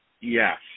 Yes